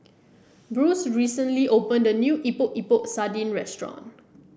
Bruce recently opened a new Epok Epok Sardin restaurant